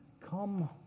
come